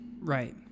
right